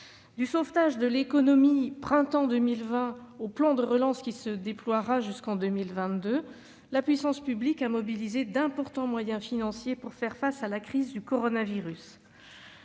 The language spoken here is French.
Du sauvetage de l'économie du printemps 2020 au plan de relance qui se déploiera jusqu'en 2022, la puissance publique a mobilisé d'importants moyens financiers pour faire face à la crise du coronavirus.